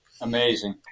Amazing